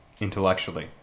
intellectually